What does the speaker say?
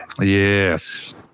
yes